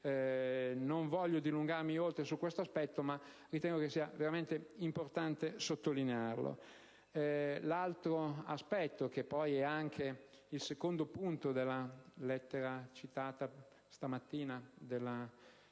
Non voglio dilungarmi oltre su questo aspetto, ma ritengo che sia veramente importante sottolinearlo. L'altro aspetto, che poi è anche il secondo punto della lettera citata stamattina della presidente